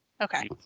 Okay